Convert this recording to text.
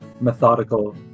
methodical